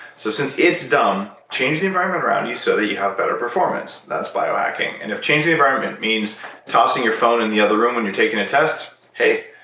so, since it's dumb, change the environment around you so that you have better performance. that's biohacking. and if changing the environment means tossing your phone in the other room when you're taking a test, hey,